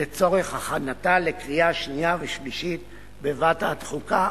לצורך הכנתה לקריאה שנייה ושלישית בוועדת חוקה,